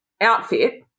outfit